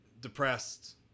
depressed